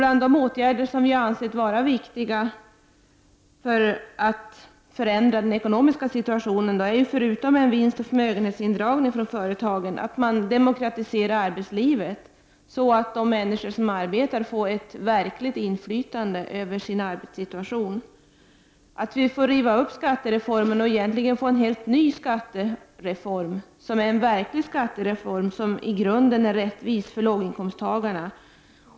Bland de åtgärder som vi har ansett vara viktiga för att förändra den ekonomiska situationen finns, förutom en vinstoch förmögenhetsindragning från företagen, en demokratisering av arbetslivet, så att de människor som arbetar får ett verkligt inflytande över sin arbetssituation. Däri ingår också att riva upp skattereformen och komma med en helt ny skattereform, som i grunden är rättvis för låginkomsttagarna.